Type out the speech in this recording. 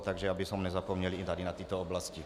Takže abychom nezapomněli i na tyto oblasti.